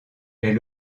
est